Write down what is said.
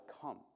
come